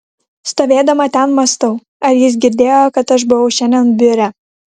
stovėdama ten mąstau ar jis girdėjo kad aš buvau šiandien biure